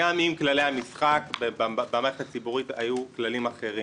גם אם כללי המשחק במערכת הציבורית היו כללים אחרים.